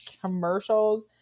commercials